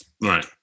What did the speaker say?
Right